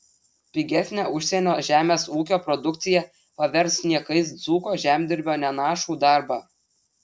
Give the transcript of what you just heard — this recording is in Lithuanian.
pigesnė užsienio žemės ūkio produkcija pavers niekais dzūko žemdirbio nenašų darbą